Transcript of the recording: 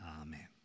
Amen